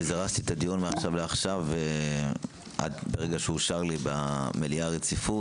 וזירזתי את הדיון מעכשיו לעכשיו וברגע שאושר לי במליאה רציפות,